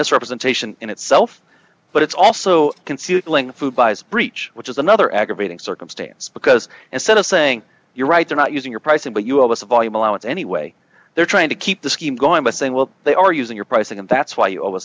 misrepresentation in itself but it's also can see the food buys breach which is another aggravating circumstance because instead of saying you're right they're not using your pricing but you have us a volume allowance anyway they're trying to keep the scheme going by saying well they are using your pricing and that's why you